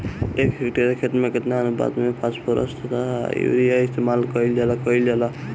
एक हेक्टयर खेत में केतना अनुपात में फासफोरस तथा यूरीया इस्तेमाल कईल जाला कईल जाला?